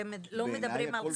אתם לא מדברים על חקיקה ראשית.